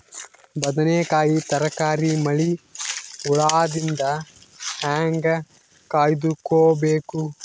ಬದನೆಕಾಯಿ ತರಕಾರಿ ಮಳಿ ಹುಳಾದಿಂದ ಹೇಂಗ ಕಾಯ್ದುಕೊಬೇಕು?